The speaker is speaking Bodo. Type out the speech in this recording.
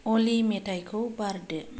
अली मेथायखौ बारदो